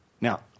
Now